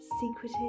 secretive